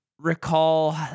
recall